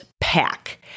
pack